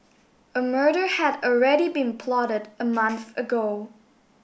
a murder had already been plotted a month ago